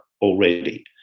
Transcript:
already